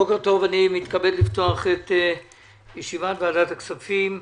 בוקר טוב, אני מתכבד לפתוח את ישיבת ועדת הכספים.